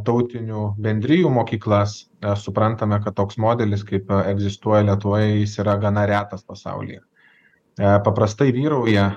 tautinių bendrijų mokyklas mes suprantame kad toks modelis kaip egzistuoja lietuvoj jis yra gana retas pasaulyje paprastai vyrauja